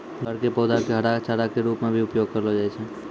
ज्वार के पौधा कॅ हरा चारा के रूप मॅ भी उपयोग करलो जाय छै